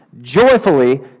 joyfully